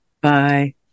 Bye